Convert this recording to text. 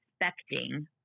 expecting